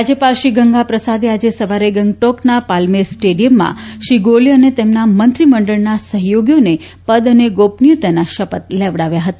રાજ્યપાલ શ્રીગંગા પ્રસાદ આજે સવારે ગંગટોકના પાલમેર સ્ટેડિયમમાં શ્રી ગોલે અને તેમના મંત્રીમંડળના સહયોગીઓને પદ અને ગોપનીયતાના શપથ લેવડાવ્યા હતા